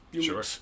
Sure